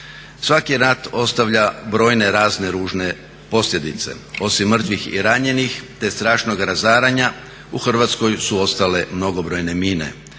Svaki rat ostavlja brojne razne ružne posljedice. Osim mrtvih i ranjenih te strašnog razaranja u Hrvatskoj su ostale mnogobrojne mine.